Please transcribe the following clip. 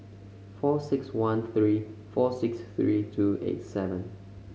four six one three four six three two eight seven